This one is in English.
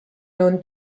known